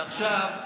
עכשיו,